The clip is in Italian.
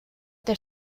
del